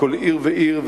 בכל עיר ועיר,